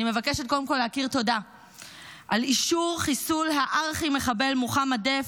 אני מבקשת קודם כול להכיר תודה על אישור חיסול הארכי-מחבל מוחמד דף,